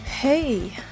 Hey